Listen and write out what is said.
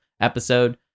episode